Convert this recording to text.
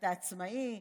אתה עצמאי?